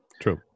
true